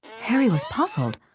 harry was puzzled.